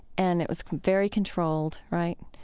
and it was very controlled. right?